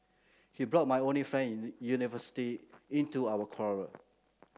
he brought my only friend university into our quarrel